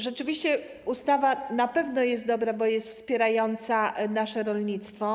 Rzeczywiście ustawa na pewno jest dobra, bo jest wspierająca nasze rolnictwo.